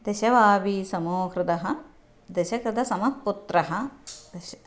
दश वापी समो हृदः दशकृतसमः पुत्रः दश